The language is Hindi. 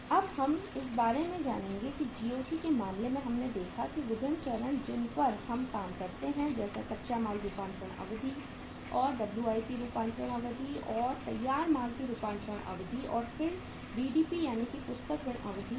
अब हम इस बारे में जानेंगे कि GOC के मामले में हमने देखा कि विभिन्न चरण जिन पर हम काम करते हैं जैसे कच्चा माल रूपांतरण अवधि और WIP रूपांतरण अवधि और तैयार माल की रूपांतरण अवधि और फिर BDP यानी कि पुस्तक ऋण अवधि